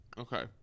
Okay